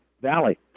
Valley